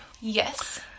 Yes